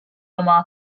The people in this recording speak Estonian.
oma